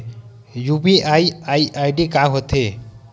UPI ID का होथे?